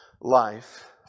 life